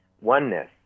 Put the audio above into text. oneness